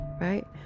right